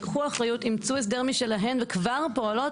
לקחו אחריות, אימצו הסדר משלהם וכבר פועלות.